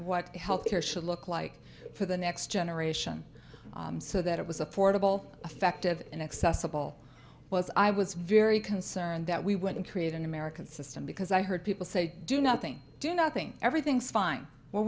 what health care should look like for the next generation so that it was affordable effective and accessible was i was very concerned that we wouldn't create an american system because i heard people say do nothing do nothing everything's fine whe